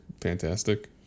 fantastic